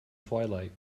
twilight